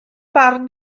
barn